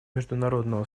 международного